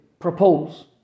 propose